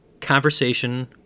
conversation